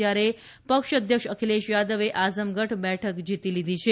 જ્યારે પક્ષ અધ્યક્ષ અખિલેશ યાદવે આઝમગઢ બેઠક જીત લીધી છે